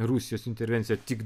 rusijos intervencija tik